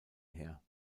her